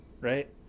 right